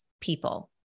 people